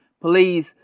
please